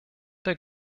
der